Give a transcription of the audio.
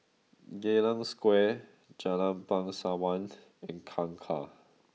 Geylang Square Jalan Bangsawan and Kangkar